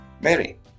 Mary